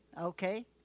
okay